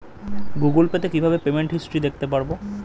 Google Pay তে কিভাবে payment history দেখতে পারবো?